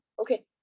okay